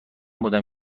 بودم